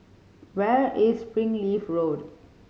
where is Springleaf Road